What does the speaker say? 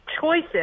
choices